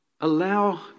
Allow